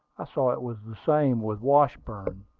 i saw it was the same with washburn.